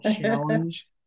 challenge